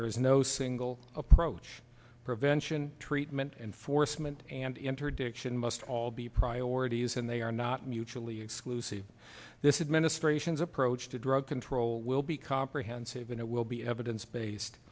there is no single approach prevention treatment enforcement and interdiction must all be priorities and they are not mutually exclusive this is ministrations approach to drug control will be comprehensive and it will be evidence based